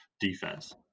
defense